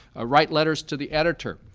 ah write letters to the editor.